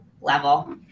level